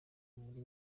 muri